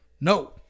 no